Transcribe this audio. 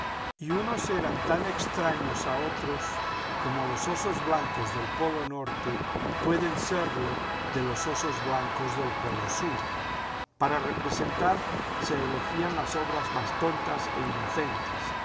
y unos eran tan extraños a otros como los osos blancos del polo norte pueden serlo de los osos blancos del polo sur para representar se elegían las obras más tontas e inocentes